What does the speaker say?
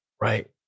Right